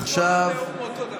כל נאום אותו דבר.